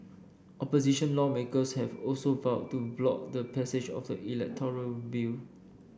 opposition lawmakers have also vowed to block the passage of the electoral bill